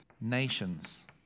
nations